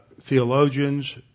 theologians